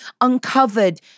uncovered